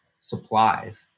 supplies